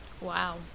Wow